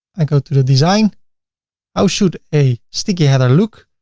i go to the design how should a sticky header look?